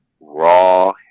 Raw